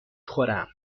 خورم